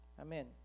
Amen